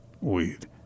weed